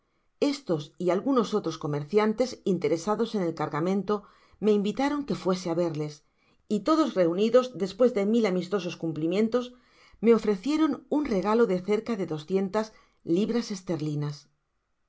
estos v alganos otros comerciantes interesados en el cargamento me invitaron que fuese á verles y todos reunidos déspriés de mi amistosos cumplimientos me ofrecieron ún regalo de cerca de doscientas libras ésterlinas